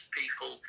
people